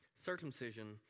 Circumcision